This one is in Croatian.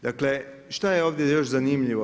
Dakle, šta je ovdje još zanimljivo?